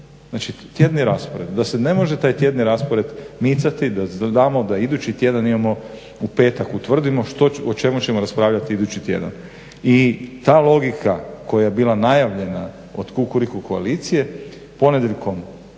barem tjedni raspored, da se ne može taj tjedni raspored micati, da znamo da idući tjedan imamo u petak utvrdimo o čemu ćemo raspravljati idući tjedan i ta logika koja je bila najavljena od Kukuriku koalicije, ponedjeljkom